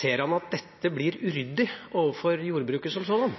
Ser han at dette blir uryddig overfor jordbruket som